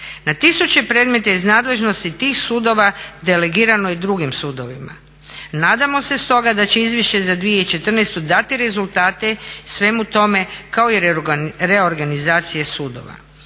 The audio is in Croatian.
Na tisuće predmeta iz nadležnosti tih sudova delegirano je drugim sudovima. Nadamo se stoga da će izvješće za 2014. dati rezultate svemu tome kao i reorganizacije sudova.